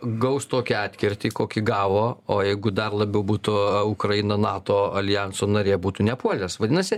gaus tokį atkirtį kokį gavo o jeigu dar labiau būtų ukraina nato aljanso narė būtų nepuolęs vadinasi